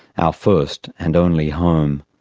our first and only home.